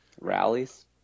rallies